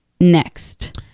next